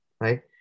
Right